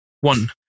One